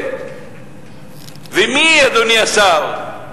אדוני השר,